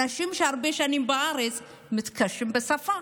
אנשים שהם הרבה שנים בארץ מתקשים בשפה,